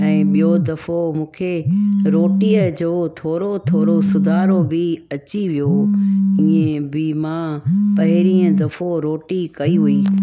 ऐं ॿियो दफ़ो मूंखे रोटीअ जो थोरो थोरो सुधारो बि अची वियो ईअं बि मां पहिरियों दफ़ो रोटी कयी हुई